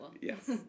Yes